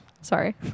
Sorry